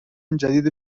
جدید